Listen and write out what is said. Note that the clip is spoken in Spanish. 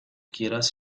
quieras